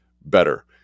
better